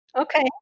okay